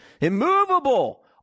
immovable